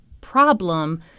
problem